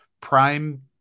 prime